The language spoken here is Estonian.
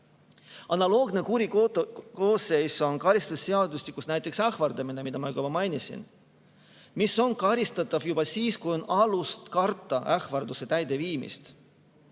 Analoogne kuriteokoosseis karistusseadustikus on näiteks ähvardamine, mida ma juba mainisin, mis on karistatav juba siis, kui on alust karta ähvarduse täideviimist.